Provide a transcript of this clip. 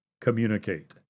communicate